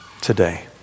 today